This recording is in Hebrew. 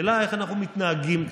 השאלה היא איך אנחנו מתנהגים כלפיהם.